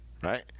right